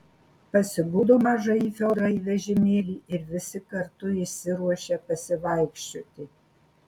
pasiguldo mažąjį fiodorą į vežimėlį ir visi kartu išsiruošia pasivaikščioti